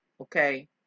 Okay